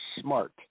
smart